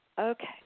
Okay